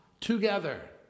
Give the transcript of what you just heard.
together